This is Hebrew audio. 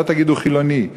שלא תגידו חילוני,